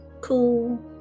cool